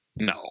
No